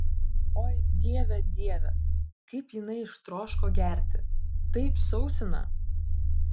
oi dieve dieve kaip jinai ištroško gerti taip sausina